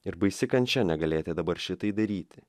ir baisi kančia negalėti dabar šitai daryti